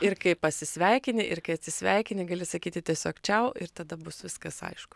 ir kai pasisveikini ir kai atsisveikini gali sakyti tiesiog čiau ir tada bus viskas aišku